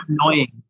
annoying